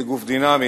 כגוף דינמי,